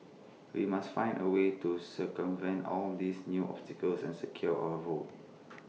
we must find A way to circumvent all these new obstacles and secure our votes